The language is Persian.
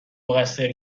مقصر